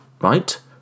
right